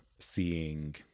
seeing